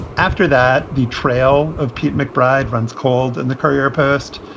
after that, the trail of pete mcbride runs called and the career burst.